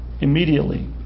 immediately